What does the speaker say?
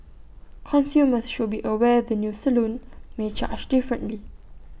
consumers should be aware the new salon may charge differently